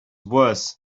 worse